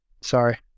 Sorry